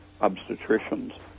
obstetricians